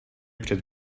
přes